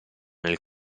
nel